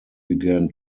began